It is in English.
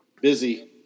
busy